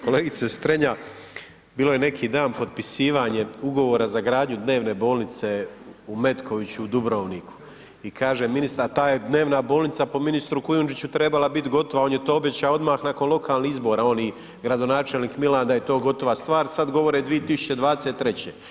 Kolegice Strenja bilo je neki dan potpisivanje ugovora za gradnju dnevne bolnice u Metkoviću u Dubrovniku i kaže ministar ta je dnevna bolnica po ministru Kujundžiću trebala biti gotova on je to obećao odmah nakon lokalnih izbora, on i gradonačelnik Milan da je to gotova stvar, sad govore 2023.